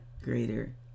greater